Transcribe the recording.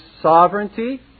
sovereignty